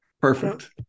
Perfect